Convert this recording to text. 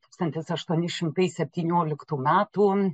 tūkstantis aštuoni šimtai septynioliktų metų